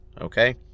Okay